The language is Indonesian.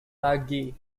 lagi